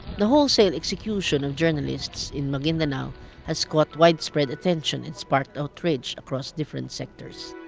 the wholesale execution of journalists in maguindanao has caught widespread attention, and sparked outrage across different sectors.